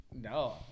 No